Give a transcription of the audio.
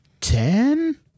Ten